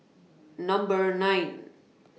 Number nine